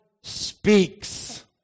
speaks